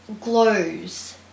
glows